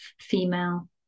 female